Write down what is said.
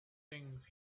things